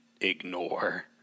ignore